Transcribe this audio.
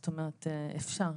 זאת אומרת, אפשר.